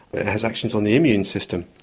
it has actions on the immune system.